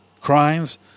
crimes